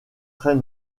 très